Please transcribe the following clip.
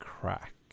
Crack